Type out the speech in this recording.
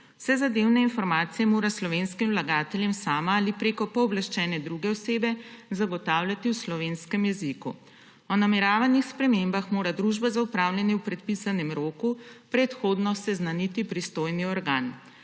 Vse zadevne informacije mora slovenskim vlagateljem sama ali preko pooblaščene druge osebe zagotavljati v slovenskem jeziku. O nameravanih spremembah mora družba za upravljanje v predpisanem roku predhodno seznaniti pristojni organ.